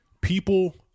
people